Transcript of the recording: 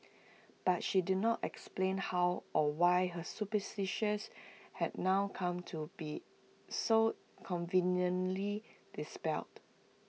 but she did not explain how or why her suspicions had now come to be so conveniently dispelled